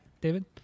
David